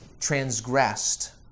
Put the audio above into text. transgressed